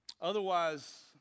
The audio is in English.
Otherwise